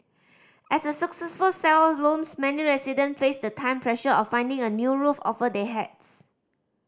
as a successful sale looms many resident face the time pressure of finding a new roof over their heads